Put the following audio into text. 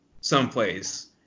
someplace